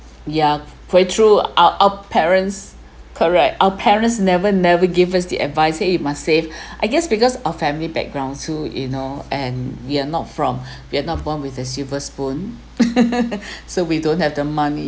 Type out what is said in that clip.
ya very true our our parents correct our parents never never give us the advice say you must save I guess because of family background too you know and we are not from we have not born with the silver spoon so we don't have the money